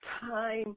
time